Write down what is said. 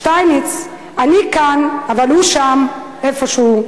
שטייניץ, אני כאן, אבל הוא שם איפשהו,